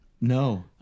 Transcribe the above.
No